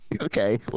Okay